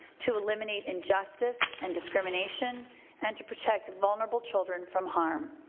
to eliminate injustice and discrimination and to protect vulnerable children from harm.